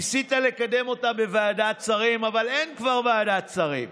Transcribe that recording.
ניסית לקדם אותה בוועדת השרים אבל אין כבר ועדת שרים.